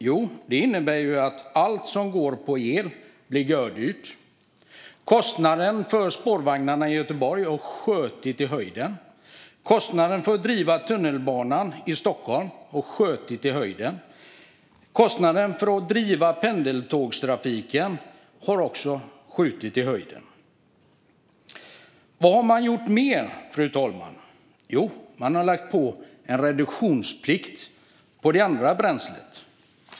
Jo, det innebär att allt som går på el blir gördyrt. Kostnaden för spårvagnarna i Göteborg har skjutit i höjden. Kostnaden för att driva tunnelbanan i Stockholm har skjutit i höjden. Kostnaden för att driva pendeltågstrafiken har också skjutit i höjden. Vad har de mer gjort? Jo, de har lagt på en reduktionsplikt på det andra bränslet.